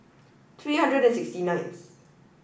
three hundred and sixty ninth